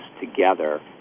together